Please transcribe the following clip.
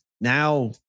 now